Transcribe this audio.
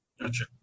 Gotcha